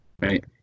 right